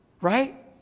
Right